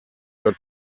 your